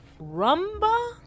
Rumba